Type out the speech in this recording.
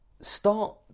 start